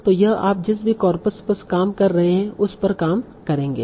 तो यह आप जिस भी कॉर्पस पर काम कर रहे हैं उस पर काम करेंगे